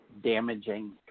damaging